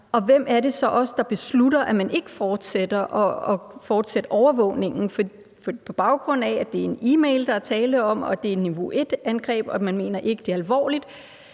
Hvem er det så også, der beslutter, at man ikke fortsætter overvågningen, på baggrund af at det er en e-mail, der er tale om, og at man, selv om det er et niveau 1-angreb, ikke mener, at det er alvorligt,